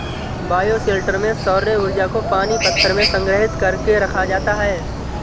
bioshelter में सौर्य ऊर्जा को पानी पत्थर में संग्रहित कर के रखा जाता है